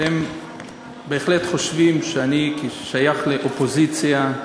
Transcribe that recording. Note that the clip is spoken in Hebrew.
אתם בהחלט חושבים שאני, כשייך לקואליציה,